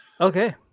Okay